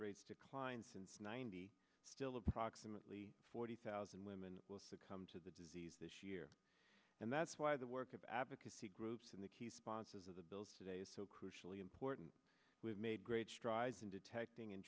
rates decline since ninety still approximately forty thousand women will succumb to the disease this year and that's why the work of advocacy groups in the key sponsors of the bill today is so crucially important we have made great strides in detecting and